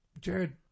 Jared